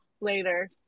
later